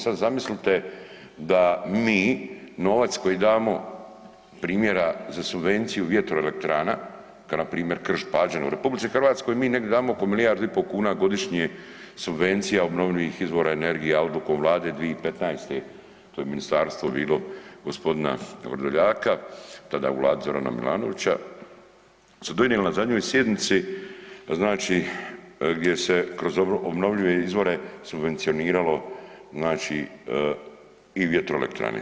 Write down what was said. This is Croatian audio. Sad zamislite da mi novac koji damo primjera za subvenciju vjetroelektrana kao na primjer Krš – Pađane u RH mi negdje damo oko milijardu i pol kuna godišnje subvencija, obnovljivih izvora energija odlukom Vlade 2015. to je ministarstvo bilo gospodina Vrdoljaka tada u vladi Zorana Milanovića su donijela na zadnjoj sjednici znači gdje se kroz obnovljive izvore subvencioniralo znači i vjetroelektrane.